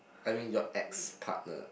I mean your ex partner